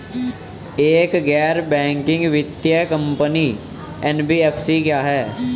एक गैर बैंकिंग वित्तीय कंपनी एन.बी.एफ.सी क्या है?